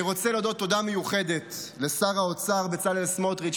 אני רוצה להודות תודה מיוחדת לשר האוצר בצלאל סמוטריץ'